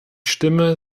stimme